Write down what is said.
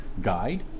guide